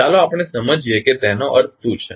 ચાલો આપણે સમજીએ કે તેનો અર્થ શું છે